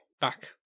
back